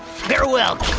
farewell,